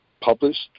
published